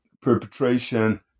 perpetration